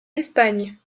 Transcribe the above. espagne